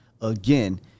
again—